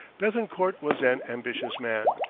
bethencourt was an ambitious man.